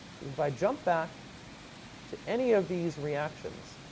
because if i jump back to any of these reactions,